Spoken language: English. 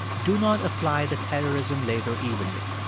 do not apply the terrorism label evenly.